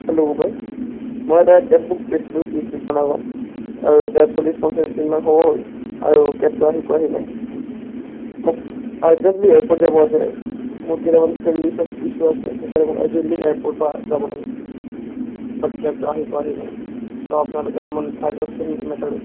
hello Uber মই এটা cab book কৰিছিলোঁ ত্ৰিছ মিনিট মান আগত আৰু এতিয়া চল্লিছ পঞ্চল্লিছ মিনিট মান হ'ল আৰু কেবটো আহি পোৱাহি নাই মোক আৰ্জেণ্টলি এয়াৰপৰ্ট যাব আছে মোৰ কেইটামান ফেমিলিছ ইচ্যু আছে সেইকাৰণে মোক আৰ্জেণ্টলি এয়াৰপৰ্ট বা যাব লাগে বাট কেবটো আহি পোৱাহি নাই চ' আপোনালোকে অলমান চাই দিয়কচোন মেটাৰটো